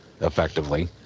effectively